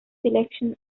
selection